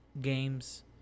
games –